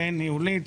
בין ניהולית